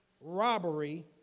robbery